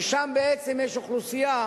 ששם בעצם יש אוכלוסייה